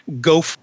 go